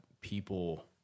people